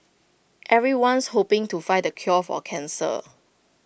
everyone's hoping to find the cure for cancer